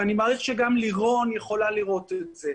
ואני מעריך שגם לירון יכולה לראות את זה,